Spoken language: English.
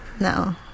No